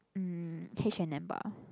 hmm H and M bah